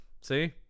See